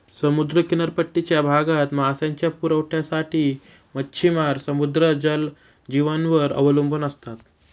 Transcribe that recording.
समुद्र किनारपट्टीच्या भागात मांसाच्या पुरवठ्यासाठी मच्छिमार समुद्री जलजीवांवर अवलंबून असतात